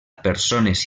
persones